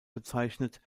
bezeichnet